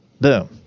Boom